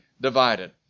divided